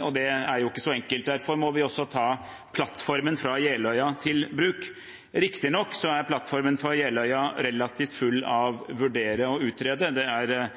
og det er ikke så enkelt. Derfor må vi også ta plattformen fra Jeløya i bruk. Riktignok er plattformen fra Jeløya relativt full av «vurdere» og «utrede» – det er